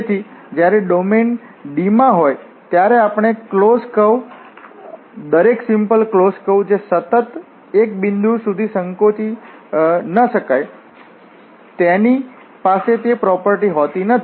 તેથી જ્યારે domain D માં હોય ત્યારે દરેક ક્લોસ્ડ કર્વ દરેક સિમ્પલ ક્લોસ્ડ કર્વ જે સતત એક બિંદુ સુધી સંકોચી ન શકાય તેની પાસે તે પ્રોપર્ટી હોતી નથી